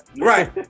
right